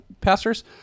pastors